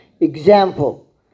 example